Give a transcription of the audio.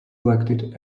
elected